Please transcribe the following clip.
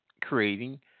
creating